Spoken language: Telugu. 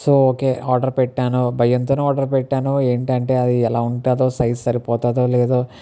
సో ఓకే ఆర్డర్ పెట్టాను భయంతో ఆర్డర్ పెట్టాను ఏంటంటే అది ఎలా ఉంటుందో సైజ్ సరిపోతుందో లేదో